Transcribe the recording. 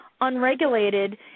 unregulated